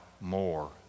more